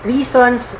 Reasons